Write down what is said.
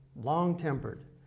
long-tempered